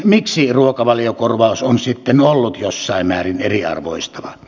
miksi ruokavaliokorvaus on sitten ollut jossain määrin eriarvoistava